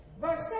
Verse